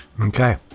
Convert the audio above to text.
Okay